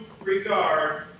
regard